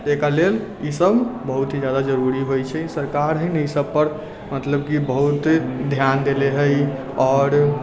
एकरा लेल ईसब बहुत ही जादा जरूरी होइ छै सरकार है ना ईसब पर मतलब की बहुत ध्यान देले है आओर